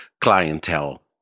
clientele